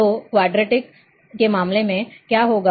तो क्वाडट्री के मामले में क्या होगा